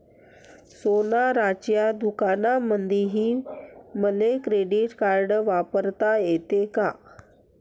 सोनाराच्या दुकानामंधीही मले क्रेडिट कार्ड वापरता येते का?